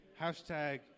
hashtag